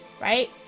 Right